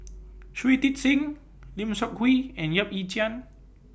Shui Tit Sing Lim Seok Hui and Yap Ee Chian